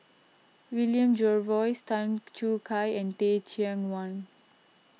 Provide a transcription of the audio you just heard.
William Jervois Tan Choo Kai and Teh Cheang Wan